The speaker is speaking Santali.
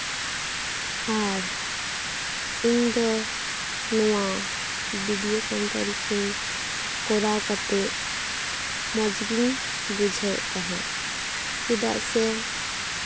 ᱟᱨ ᱤᱧ ᱫᱚ ᱱᱚᱣᱟ ᱵᱷᱤᱰᱤᱭᱮ ᱠᱚᱱᱯᱷᱟᱨᱮᱥᱤᱝ ᱠᱚᱨᱟᱣ ᱠᱟᱛᱮ ᱢᱚᱡᱽ ᱜᱤᱧ ᱵᱩᱡᱷᱟᱹᱣᱮᱫ ᱛᱟᱦᱮᱸᱫ ᱪᱮᱫᱟᱜ ᱥᱮ